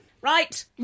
Right